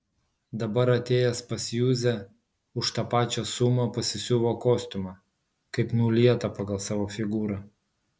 dabar atėjęs pas juzę už tą pačią sumą pasisiuvo kostiumą kaip nulietą pagal savo figūrą